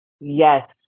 Yes